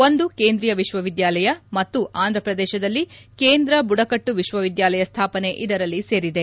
ಒಂದು ಕೇಂದ್ರೀಯ ವಿಶ್ವವಿದ್ಯಾಲಯ ಮತ್ತು ಆಂಧ್ರಪ್ರದೇಶದಲ್ಲಿ ಕೇಂದ್ರ ಬುಡಕಟ್ಟು ವಿಶ್ವವಿದ್ಯಾಲಯ ಸ್ಥಾಪನೆ ಇದರಲ್ಲಿ ಸೇರಿದೆ